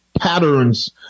patterns